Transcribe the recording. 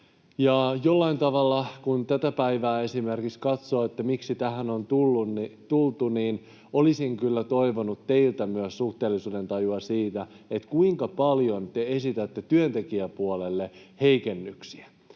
ja jollain tavalla, kun esimerkiksi tätä päivää katsoo, että miksi tähän on tultu, niin olisin kyllä toivonut myös teiltä suhteellisuudentajua siinä, kuinka paljon te esitätte työntekijäpuolelle heikennyksiä.